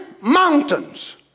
mountains